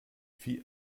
wie